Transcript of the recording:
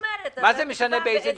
בין